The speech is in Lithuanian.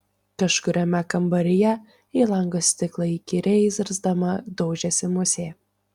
kažkuriame kambaryje į lango stiklą įkyriai zirzdama daužėsi musė